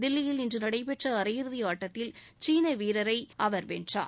தில்லியில் இன்று நடைபெற்ற அரையிறுதி ஆட்டத்தில் சீன வீரரைஅவர் வென்றார்